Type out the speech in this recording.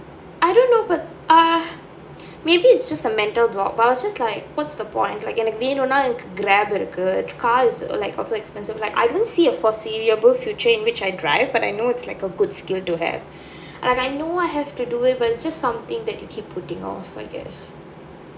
I don't know but err maybe it's just a mental block but I was just like what's the point like எனக்கு வேணுனா:enakku venunaa Grab இருக்கு:irukku car is like also expensive like I don't see a foreseeable future in which I drive but I know it's like a good skill to have and I know I have to do it but it's just something that I keep putting off I guess